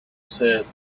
says